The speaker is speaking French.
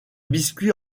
biscuit